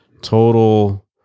total